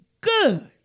good